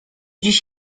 dziś